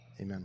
Amen